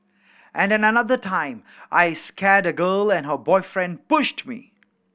and at another time I scared a girl and her boyfriend pushed me